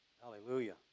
Hallelujah